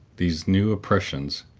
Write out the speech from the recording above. these new oppressions,